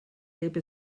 heb